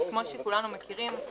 כמו שכולנו מכירים,